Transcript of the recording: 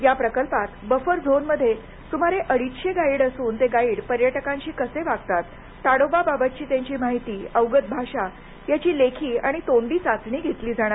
या प्रकल्पात बफर झोनमध्ये सुमारे अडीचशे गाईड असून ते गाईड पर्यटकांशी कसे वागतात ताडोबा बाबतची त्यांची माहिती अवगत भाषा याची लेखी आणि तोंडी चाचणी घेतली जाणार आहे